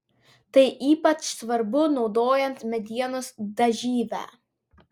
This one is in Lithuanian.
tai ypač svarbu naudojant medienos dažyvę